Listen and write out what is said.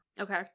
Okay